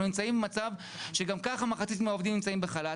אנחנו נמצאים במצב שגם ככה מחצית מהעובדים נמצאים בחל"ת,